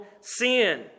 sin